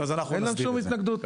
אין לנו שום התנגדות.